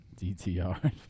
DTR